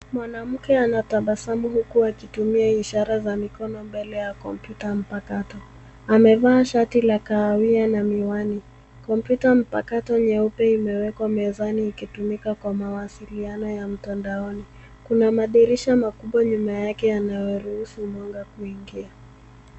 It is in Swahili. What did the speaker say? Mwanamke anatabasamu huku akitumia ishara za mikono mbele ya kompyuta mpakato, amevaa shati la kahawia na miwani. Kompyuta mpakato nyeupe imewekwa mezani ikitumika kwa mawasiliano ya mtandaoni. Kuna madirisha makubwa nyuma yake yanayoruhusu mwanga kuingia.